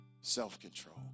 Self-control